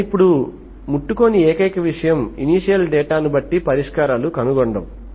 నేను ఇప్పుడు ముట్టుకొని ఏకైక విషయం ఇనీషియల్ డేటాను బట్టి పరిష్కారాలు కనుగొనడం